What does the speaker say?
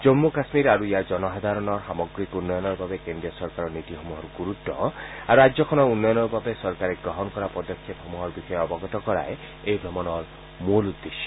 জম্মু কাশ্মীৰ আৰু ইয়াৰ জনসাধাৰণৰ সামগ্ৰিক উন্নয়নৰ বাবে কেন্দ্ৰীয় চৰকাৰৰ নীতি সমূহৰ গুৰুত্ব আৰু ৰাজ্যখনৰ উন্নয়নৰ বাবে চৰকাৰে গ্ৰহণ কৰা পদক্ষেপ সমূহৰ বিষয়ে অৱগত কৰাই এই ভ্ৰমণৰ মূল উদ্দেশ্য